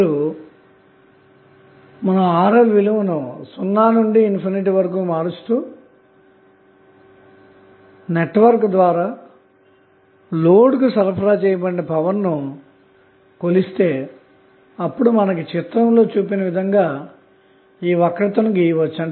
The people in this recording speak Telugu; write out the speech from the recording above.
ఇప్పుడు మీరుRL విలువను సున్నా నుండి ఇన్ఫినిటీ వరకు మారుస్తూ నెట్వర్క్ ద్వారా లోడ్ కు సరఫరా చేయబడిన పవర్ ను కొలిస్తే అప్పుడు చిత్రంలోచూపిన విధంగా వక్ర రేఖ ను గీయవచ్చు